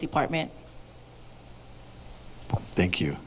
department thank you